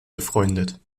befreundet